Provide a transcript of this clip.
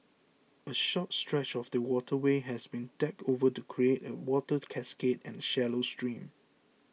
a short stretch of the waterway has been decked over to create a water cascade and a shallow stream